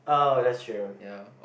oh that's true